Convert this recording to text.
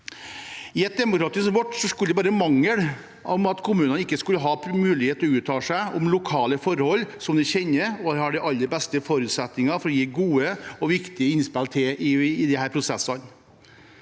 I et demokrati som vårt skulle det bare mangle at kommunene ikke skulle ha mulighet til å uttale seg om lokale forhold og prosesser, som de kjenner og har de aller beste forutsetninger for å gi gode og viktige innspill til. Arbeiderpartiet